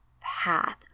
path